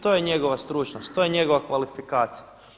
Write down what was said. To je njegova stručnost, to je njegova kvalifikacija.